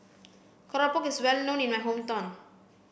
Keropok is well known in my hometown